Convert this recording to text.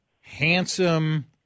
handsome